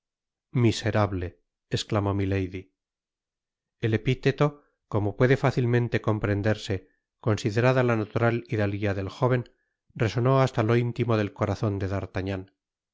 miserable esclamó milady el epiteto como puede fácilmente comprenderse considerada la natural hidalguia del jóven resonó hasta lo intimo del corazon de d'artagnan